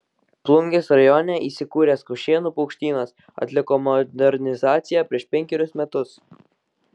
plungės rajone įsikūręs kaušėnų paukštynas atliko modernizaciją prieš penkerius metus